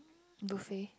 buffet